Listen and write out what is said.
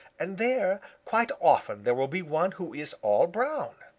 and there quite often there will be one who is all brown.